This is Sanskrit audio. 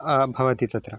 भवति तत्र